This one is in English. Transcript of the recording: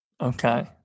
Okay